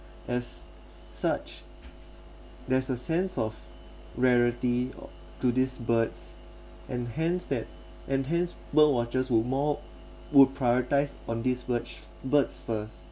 as such there's a sense of variety to these birds and hence that and hence bird watchers would more would prioritise on these birds birds first